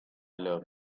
love